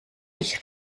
ich